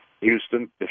Houston